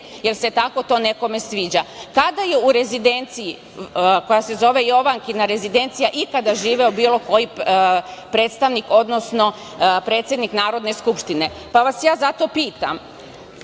jer se tako to nekome sviđa? Kada je u rezidenciji, koja se zova Jovankina rezidencija, ikada živeo bilo koji predstavnik, odnosno predsednik Narodne skupštine? Ja vas zato pitam